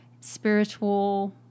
spiritual